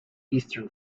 eastern